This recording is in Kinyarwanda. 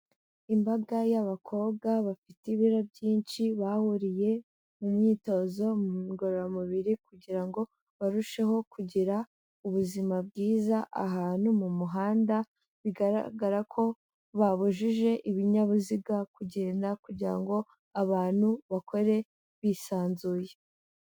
Imbaga y'abakobwa bafite ibiro byinshi bahuriye mu myitozo ngororamubiri kugira ngo barusheho kugira ubuzima bwiza, ahantu mu muhanda bigaragara ko babujije ibinyabiziga kugenda kugira ngo abantu bakore bisanzuye.